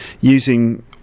using